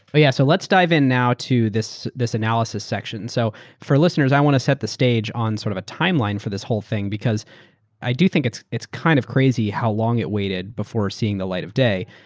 but yeah so let's dive in now to this this analysis section. so for listeners i want to set the stage on sort of a timeline for this whole thing because i do think it's it's kind of crazy how long it waited before seeing the light of the day.